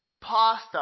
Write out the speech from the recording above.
pasta